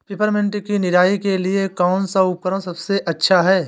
Peppermint की निराई के लिए कौन सा उपकरण सबसे अच्छा है?